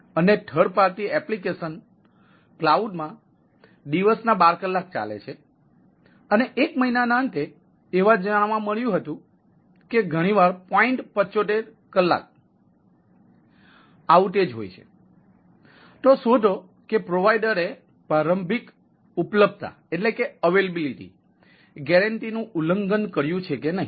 અને third party application ગેરંટીનું ઉલ્લંઘન કર્યું છે કે નહીં